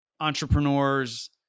entrepreneurs